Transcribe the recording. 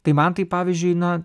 tai man tai pavyzdžiui na